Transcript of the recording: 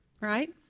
right